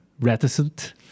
reticent